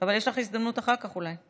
אבל יש לך הזדמנות אחר כך, אולי.